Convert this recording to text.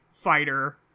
fighter